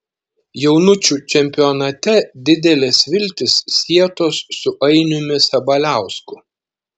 jaunučių čempionate didelės viltys sietos su ainiumi sabaliausku